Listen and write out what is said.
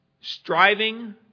Striving